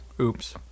Oops